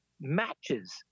matches